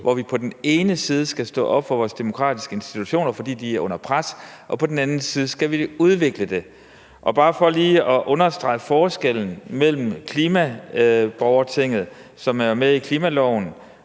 hvor vi på den ene side skal stå op for vores demokratiske institutioner, fordi de er under pres, og vi på den anden side skal udvikle det. Jeg vil for bare lige at understrege forskellen i forhold til klimaborgertinget, som er med i klimaloven